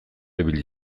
ibili